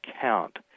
count